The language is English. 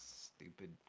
stupid